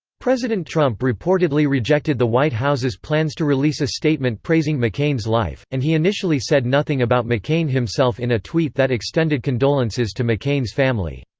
president trump reportedly rejected the white house's plans to release a statement praising mccain's life, and he initially said nothing about mccain himself in a tweet that extended condolences to mccain's family.